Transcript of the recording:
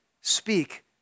speak